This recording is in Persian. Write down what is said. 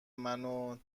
منو